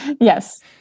Yes